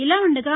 ఇలా ఉండగా